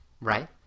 Right